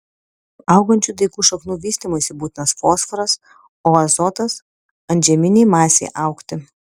augančių daigų šaknų vystymuisi būtinas fosforas o azotas antžeminei masei augti